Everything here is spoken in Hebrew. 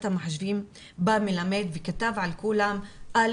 המחשבים בה הוא מלמד וכתב על כולם '...